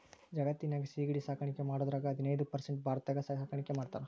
ಜಗತ್ತಿನ್ಯಾಗ ಸಿಗಡಿ ಸಾಕಾಣಿಕೆ ಮಾಡೋದ್ರಾಗ ಹದಿನೈದ್ ಪರ್ಸೆಂಟ್ ಭಾರತದಾಗ ಸಾಕಾಣಿಕೆ ಮಾಡ್ತಾರ